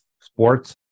sports